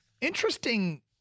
Interesting